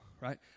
right